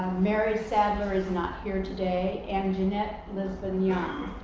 mary sadler is not here today. and ginnette lisbonne-young.